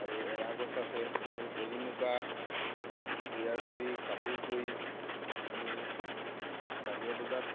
আৰু এৰা গছ আছে আমি এৰি মুগা তৈয়াৰ কৰি কাপোৰ বৈ আমি বাহিৰৰ বজাৰত